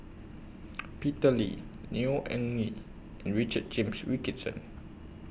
Peter Lee Neo Anngee and Richard James Wilkinson